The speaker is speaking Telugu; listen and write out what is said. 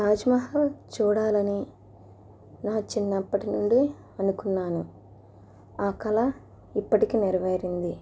తాజ్ మహల్ చూడాలని నా చిన్నప్పటి నుండి అనుకున్నాను ఆ కల ఇప్పటికి నెరవేరింది